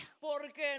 Porque